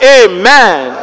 amen